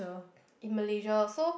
in malaysia so